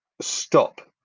stop